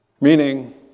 meaning